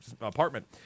apartment